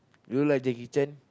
do you like Jackie-Chan